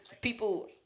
people